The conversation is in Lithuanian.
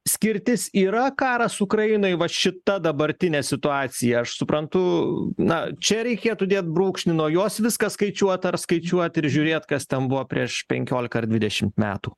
skirtis yra karas ukrainoj va šita dabartinė situacija aš suprantu na čia reikėtų dėt brūkšnį nuo jos viską skaičiuot ar skaičiuot ir žiūrėt kas ten buvo prieš penkiolika ar dvidešimt metų